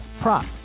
prop